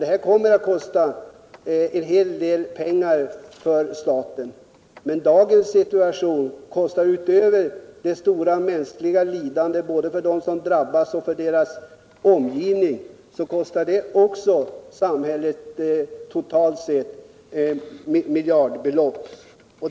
Detta kommer att kosta en hel del pengar för staten, men dagens situation kostar, utöver det stora mänskliga lidandet både för dem som drabbas och för deras omgivning, också samhället totalt sett miljardbelopp.